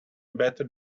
better